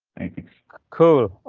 thank you cool, ah,